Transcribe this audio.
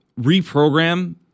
reprogram